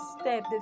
step